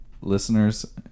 listeners